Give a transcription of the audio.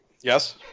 Yes